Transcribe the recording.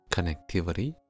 Connectivity